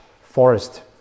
forest